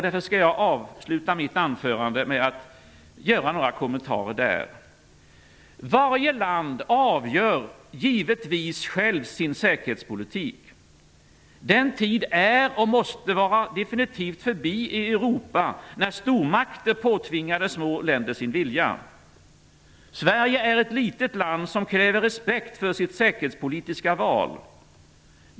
Därför skall jag avsluta mitt anförande med att något kommentera dem. Varje land avgör givetvis själv sin säkerhetspolitik. Den tid är och måste vara definitivt förbi i Europa när stormakter påtvingade små länder sin vilja. Sverige är ett litet land som kräver respekt för sitt säkerhetspolitiska val.